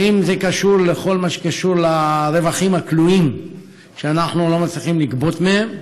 האם זה קשור לכל מה שקשור לרווחים הכלואים שאנחנו לא מצליחים לגבות מהם?